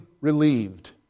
relieved